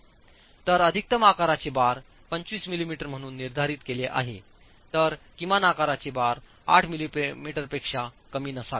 तर अधिकतम आकाराचे बार 25 मिमी म्हणून निर्धारित केले आहे तर किमान आकाराचे बार 8 मिलीमीटरपेक्षा कमी नसावेत